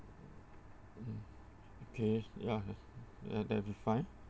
mm okay ya ya that will be fine